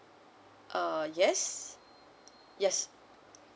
uh yes yes